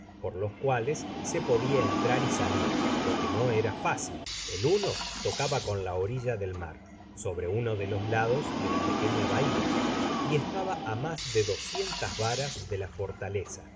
por los cuales se podia entrar y salir lo que no era fácil el uno tocaba con la orilla del mar sobre uno de los lados de la pequeña bahia y estaba á mas de doscientas varas de la fortaleza